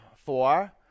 Four